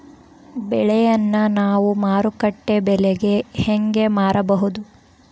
ಬೆಳೆಯನ್ನ ನಾವು ಮಾರುಕಟ್ಟೆ ಬೆಲೆಗೆ ಹೆಂಗೆ ಮಾರಬಹುದು?